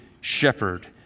shepherd